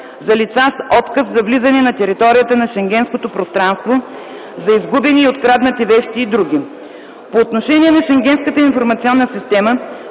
за лица с отказ за влизане на територията на Шенгенското пространство, за изгубени или откраднати вещи и други. По отношение на Шенгенската информационна система